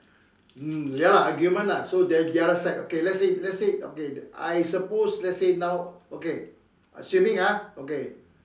mm ya lah argument lah so the the other side okay let's say let's say okay I suppose let's say now okay assuming ah okay